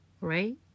right